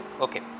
Okay